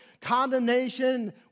condemnation